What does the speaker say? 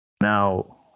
Now